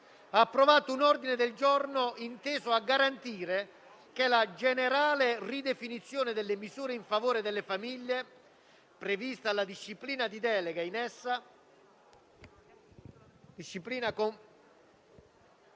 ha approvato un ordine del giorno teso a garantire che la generale ridefinizione delle misure in favore delle famiglie, prevista dalla disciplina di delega in esame, non